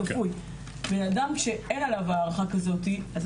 בן-אדם שאין עליו הערכה כזאת, אז